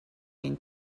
این